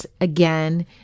again